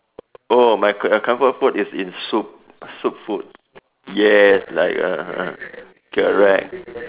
oh my com~ comfort food is in soup soup food yes like uh correct